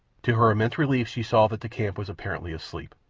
to her immense relief she saw that the camp was apparently asleep.